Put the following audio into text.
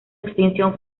extinción